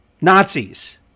Nazis